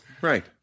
right